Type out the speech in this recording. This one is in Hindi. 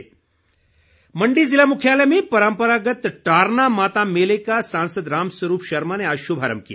मेला मण्डी ज़िला मुख्यालय में परम्परागत टारना माता मेले का सांसद राम स्वरूप शर्मा ने आज शुभारम्भ किया